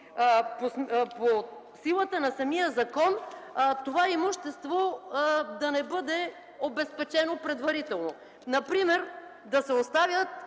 по силата на самия закон това имущество да не бъде обезпечено предварително. Например да се оставят